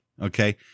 okay